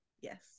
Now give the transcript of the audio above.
yes